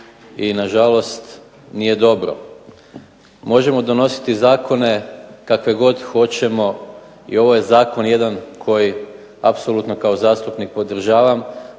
i na žalost nije dobro. Možemo donositi zakone kakve god hoćemo i ovo je Zakon jedan koji kao zastupnik podržavam